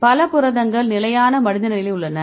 பல புரதங்கள் நிலையான மடிந்த நிலையில் உள்ளன